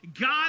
God